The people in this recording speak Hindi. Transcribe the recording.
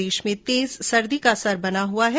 प्रदेश में तेज सर्दी का असर बना हुआ है